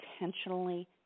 intentionally